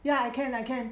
ya I can I can